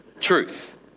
truth